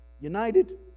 united